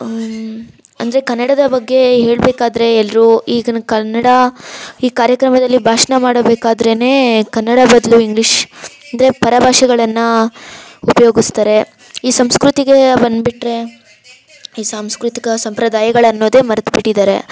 ಅಂದರೆ ಕನ್ನಡದ ಬಗ್ಗೆ ಹೇಳಬೇಕಾದ್ರೆ ಎಲ್ಲರೂ ಈಗಿನ ಕನ್ನಡ ಈ ಕಾರ್ಯಕ್ರಮದಲ್ಲಿ ಭಾಷಣ ಮಾಡಬೇಕಾದ್ರೇನೇ ಕನ್ನಡ ಬದಲು ಇಂಗ್ಲಿಷ್ ಅಂದರೆ ಪರಭಾಷೆಗಳನ್ನು ಉಪಯೋಗಿಸ್ತಾರೆ ಈ ಸಂಸ್ಕೃತಿಗೆ ಬಂದ್ಬಿಟ್ಟರೆ ಸಾಂಸ್ಕೃತಿಕ ಸಂಪ್ರದಾಯಗಳನ್ನೋದೇ ಮರೆತು ಬಿಟ್ಟಿದ್ದಾರೆ